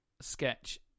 sketch